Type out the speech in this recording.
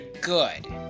good